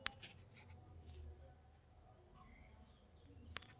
ಬಂಡವಾಳ ಬಜೆಟ್ನ್ಯಾಗ ಮತ್ತ ಹೂಡಿಕೆ ಯೋಜನೆಯೊಳಗ ಯೋಜನೆಯ ಲಾಭಾನ ವಿಶ್ಲೇಷಿಸಕ ಎನ್.ಪಿ.ವಿ ನ ಬಳಸ್ತಾರ